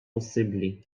possibbli